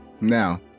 Now